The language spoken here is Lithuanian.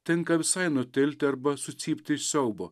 tinka visai nutilti arba sucypti iš siaubo